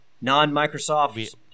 non-Microsoft